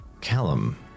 Callum